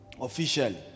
Officially